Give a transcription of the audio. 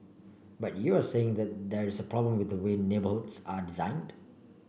but you're saying that there is problem with the way neighbourhoods are designed